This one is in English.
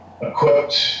equipped